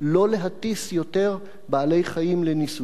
לא להטיס יותר בעלי-חיים לניסויים.